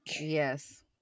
Yes